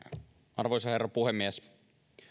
arvoisa herra puhemies